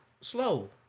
slow